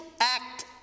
act